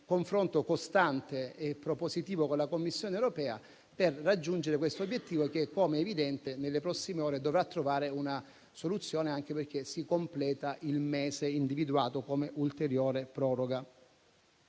confronto costante e propositivo con la Commissione europea per raggiungere quest'obiettivo che, com'è evidente, nelle prossime ore dovrà trovare una soluzione, anche perché si completa il mese individuato come ulteriore proroga.